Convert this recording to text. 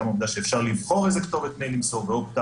גם העובדה שאפשר לבחור לאיזו כתובת מייל למסור וכולי.